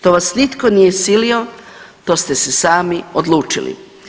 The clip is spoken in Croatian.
To vas nitko nije silio, to ste se sami odlučili.